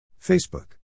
Facebook